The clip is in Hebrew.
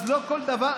אז לא כל דבר.